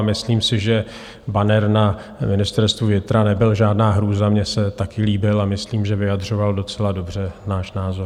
A myslím si, že banner na Ministerstvu vnitra nebyl žádná hrůza, mně se taky líbil a myslím, že vyjadřoval docela dobře náš názor.